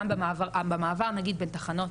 גם במעבר נניח בין תחנות.